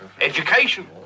Education